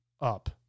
up